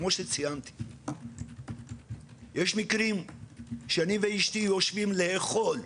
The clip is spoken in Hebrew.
כמו שציינתי, יש מקרים שאני ואשתי יושבים לאכול,